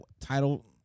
title